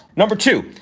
number two,